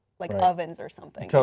like ovens or something. so